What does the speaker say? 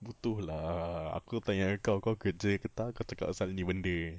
butuh lah aku tanya engkau kerja ke tak kau cakap apasal punya benda